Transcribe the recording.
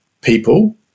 people